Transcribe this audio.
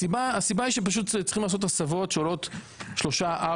הסיבה היא שצריכים לעשות הסבות שעולות 3-4